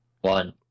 One